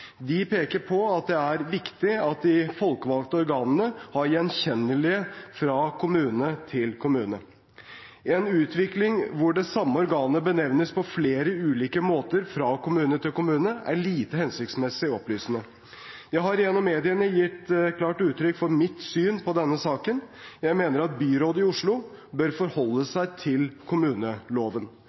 De peker på at det er viktig at de folkevalgte organene er gjenkjennelige fra kommune til kommune. En utvikling der det samme organet benevnes på flere ulike måter fra kommune til kommune, er lite hensiktsmessig og opplysende. Jeg har gjennom mediene gitt klart uttrykk for mitt syn på denne saken. Jeg mener at byrådet i Oslo bør forholde seg til kommuneloven.